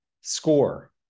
score